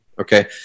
Okay